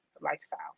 lifestyle